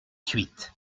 huit